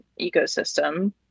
ecosystem